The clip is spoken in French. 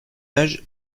âge